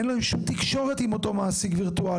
אין להם שום תקשורת עם אותו מעסיק ווירטואלי.